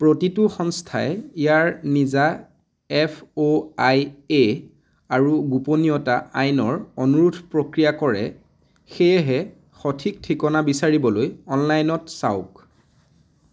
প্ৰতিটো সংস্থাই ইয়াৰ নিজা এফ অ' আই এ আৰু গোপনীয়তা আইনৰ অনুৰোধ প্ৰক্ৰিয়া কৰে সেয়েহে সঠিক ঠিকনা বিচাৰিবলৈ অনলাইনত চাওক